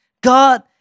God